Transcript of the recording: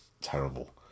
terrible